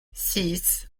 six